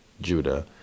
Judah